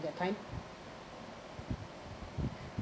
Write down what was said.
that time